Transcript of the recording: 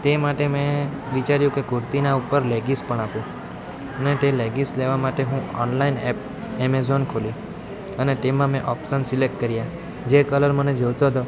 તે માટે મેં વિચાર્યું કે કુર્તીના ઉપર લેગીસ પણ આપું અને લેગીસ લેવા માટે હું ઓનલાઈન એપ એમેઝોન ખોલ્યું અને તેમાં મેં ઓપ્શન સિલેક્ટ કર્યા જે કલર મને જોઈતો હતો